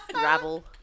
rabble